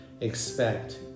expect